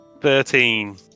Thirteen